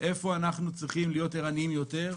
איפה אנחנו צריכים להיות ערניים יותר,